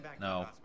No